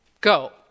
go